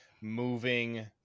moving